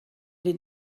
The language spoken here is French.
les